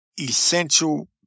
essential